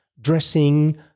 dressing